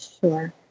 Sure